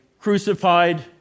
crucified